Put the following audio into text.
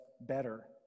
better